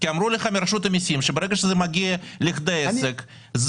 אמרו לך מרשות המסים שברגע שזה מגיע לכדי עסק,